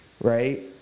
right